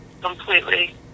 Completely